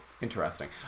Interesting